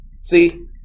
See